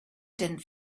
didn’t